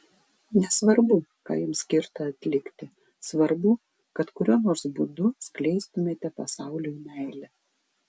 nesvarbu ką jums skirta atlikti svarbu kad kuriuo nors būdu skleistumėte pasauliui meilę